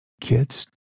kids